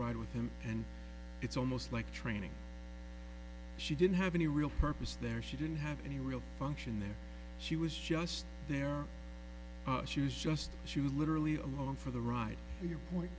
ride with him and it's almost like training she didn't have any real purpose there she didn't have any real function there she was just there she was just she was literally alone for the ride your point